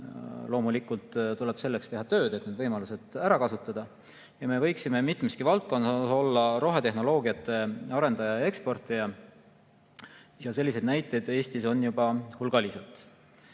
Loomulikult tuleb teha tööd, et need võimalused ära kasutada. Me võiksime mitmeski valdkonnas olla rohetehnoloogiate arendaja ja eksportija. Selliseid näiteid on Eestis juba hulgaliselt.